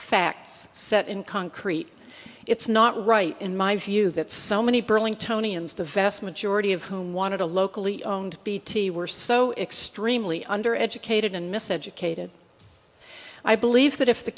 facts set in concrete it's not right in my view that so many burling tony and the vast majority of whom wanted a locally owned bt were so extraordinary under educated and miseducated i believe that if the